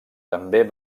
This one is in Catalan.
també